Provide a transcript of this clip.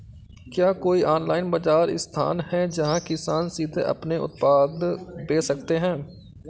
क्या कोई ऑनलाइन बाज़ार स्थान है जहाँ किसान सीधे अपने उत्पाद बेच सकते हैं?